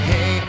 Hey